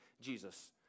Jesus